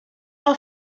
are